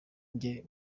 njye